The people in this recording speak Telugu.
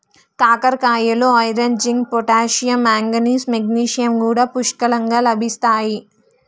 కాకరకాయలో iron, zinc, potassium, manganese, magnesium కూడా పుష్కలంగా లభిస్తాయి